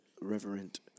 Reverend